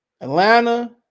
Atlanta